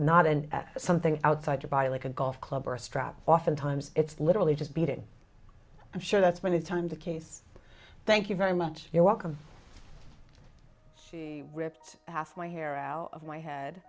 not and something outside the body like a golf club or a strap oftentimes it's literally just beating i'm sure that's many times the case thank you very much you're welcome she ripped half my hair out of my head